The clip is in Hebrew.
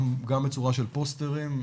גם בצורה של פוסטרים,